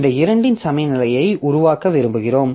இந்த இரண்டின் சமநிலையை உருவாக்க விரும்புகிறோம்